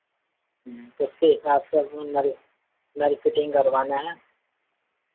उसके हिसाब से नल नल फिटिंग करवाना है